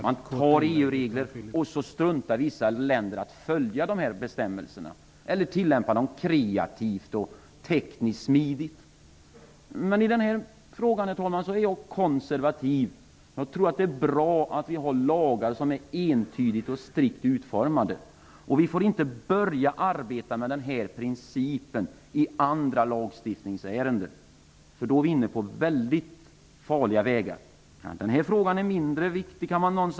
Man antar EU-regler, och sedan struntar vissa länder att följa dessa bestämmelser eller tillämpar dem kreativt och tekniskt smidigt. Herr talman! I den här frågan är jag konservativ. Jag tror att det är bra att vi har lagar som är entydigt och strikt utformade. Vi får inte börja arbeta med den här principen i andra lagstiftningsärenden. Då är vi inne på väldigt farliga vägar. Någon kan säga att den här frågan är mindre viktig.